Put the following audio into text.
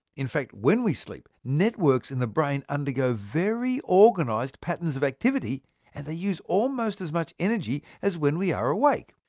in fact, when we sleep, networks in the brain undergo very organised patterns of activity and use almost as much energy as when we are awake.